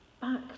back